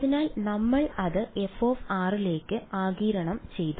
അതിനാൽ നമ്മൾ അത് f ലേക്ക് ആഗിരണം ചെയ്തു